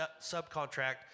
subcontract